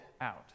out